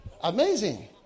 Amazing